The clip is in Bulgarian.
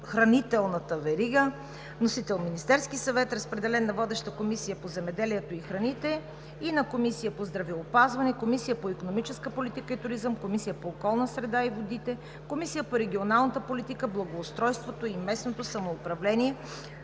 Комисията по икономическа политика и туризъм, Комисия по околната среда и водите, Комисията по регионална политика, благоустройство и местно самоуправление.